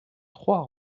trois